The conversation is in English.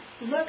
look